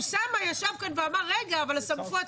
אוסאמה ישב כאן ואמר, רגע, אבל מה עם הסמכויות?